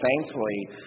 thankfully